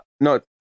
No